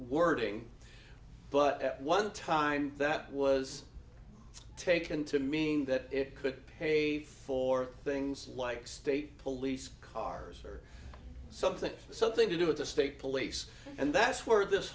wording but at one time that was taken to mean that it could pay for things like state police cars or something something to do with the state police and that's where this